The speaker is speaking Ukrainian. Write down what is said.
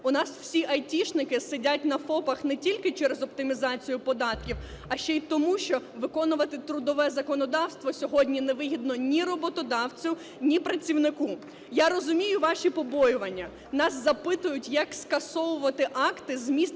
У нас всі айтішники сидять на ФОПах не тільки через оптимізацію податків, а ще й тому, що виконувати трудове законодавство сьогодні невигідно ні роботодавцю, ні працівнику. Я розумію ваші побоювання, нас запитують, як скасовувати акти, зміст